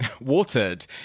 watered